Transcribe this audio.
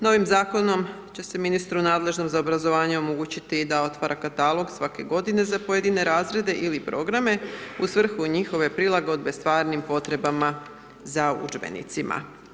Novim zakonom će se ministru nadležnom za obrazovanje omogućiti da otvara katalog svake godine za pojedine razrede ili programe u svrhu njihove prilagodbe stvarnim potrebama za udžbenicima.